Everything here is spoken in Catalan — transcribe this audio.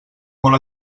molt